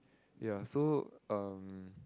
ya so uh